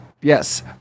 Yes